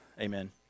amen